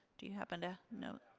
do you happen to know?